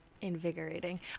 invigorating